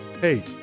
hey